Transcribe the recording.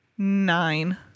Nine